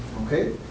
okay